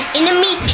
enemy